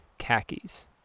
khakis